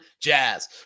Jazz